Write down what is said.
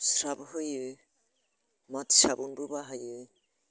स्राफ होयो माथि साबुनबो बाहायो